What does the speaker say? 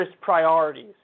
priorities